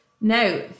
now